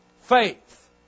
Faith